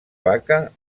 vaca